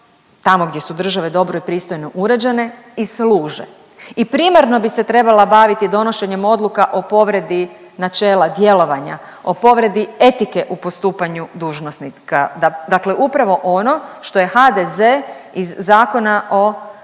tamo gdje su države dobro i pristojno uređene i služe i primarno bi se trebala baviti donošenjem odluka o povredi načela djelovanja, o povredi etike u postupanju dužnosnika, dakle upravo ono što je HDZ iz Zakona o